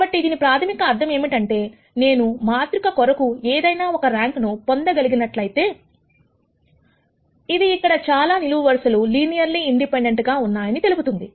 కాబట్టి దీని ప్రాథమిక అర్థం ఏమిటంటే నేను మాతృక కొరకు ఏదైనా నా ఒక ర్యాంక్ ను పొందగలిగినట్లయితే అయితే ఇది అక్కడ చాలా నిలువు వరుసలు లినియర్లీ ఇండిపెండెంట్ గా ఉన్నాయని తెలుపుతుంది